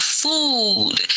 food